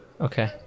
Okay